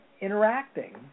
interacting